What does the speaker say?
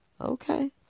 Okay